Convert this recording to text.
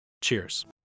Cheers